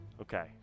Okay